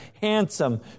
handsome